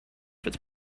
pivot